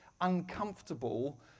uncomfortable